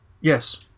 Yes